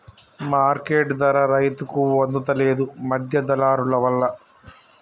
market ధర రైతుకు అందుత లేదు, మధ్య దళారులవల్ల